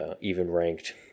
even-ranked